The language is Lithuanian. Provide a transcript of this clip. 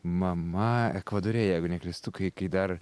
mama ekvadore jeigu neklystu kai kai dar